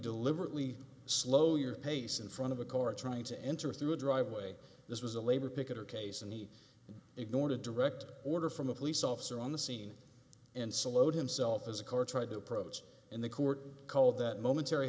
deliberately slow your pace in front of a car trying to enter through a driveway this was a labor picketer case and he ignored a direct order from a police officer on the scene and slowed himself as a car tried to approach in the court called that momentary